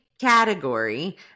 category